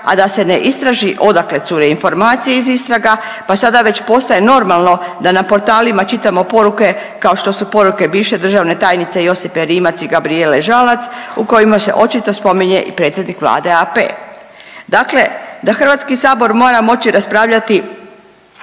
a da se ne istraži odakle cure informacije iz istraga pa sada već postaje normalno da na portalima čitamo poruke kao što su poruke bivše državne tajnice Josipe Rimac i Gabrijele Žalac u kojima se očito spominje i predsjednik Vlade AP. Dakle, da Hrvatski sabor mora moći raspravljati